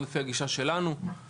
לפחות לפי הגישה שלנו,